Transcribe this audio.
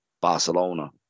Barcelona